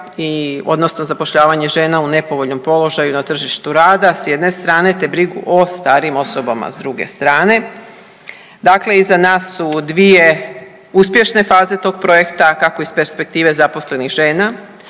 odnosno zapošljavanje žena u nepovoljnom položaju na tržištu rada s jedne strane te brigu o starijim osobama s druge strane. Dakle, iza nas su dvije uspješne faze tog projekta kako iz perspektive zaposlenih žena